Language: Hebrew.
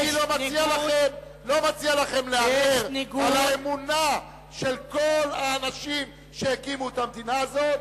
אני לא מציע לכם לערער על האמונה של כל האנשים שהקימו את המדינה הזאת,